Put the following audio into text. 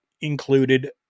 included